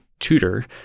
tutor